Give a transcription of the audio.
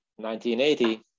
1980